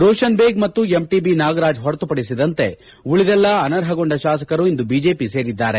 ರೋಷನ್ ಬೇಗ್ ಮತ್ತು ಎಂಟಬಿ ನಾಗರಾಜ್ ಹೊರತುಪಡಿಸಿದಂತೆ ಉಳಿದೆಲ್ಲಾ ಅನರ್ಹಗೊಂಡ ಶಾಸಕರು ಇಂದು ಬಿಜೆಪಿ ಸೇರಿದ್ದಾರೆ